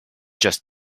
just